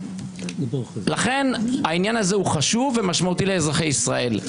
לכן העניין הזה הוא חשוב ומשמעותי לאזרחי ישראל.